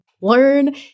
learn